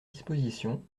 dispositions